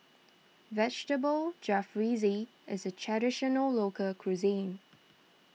Vegetable Jalfrezi is a Traditional Local Cuisine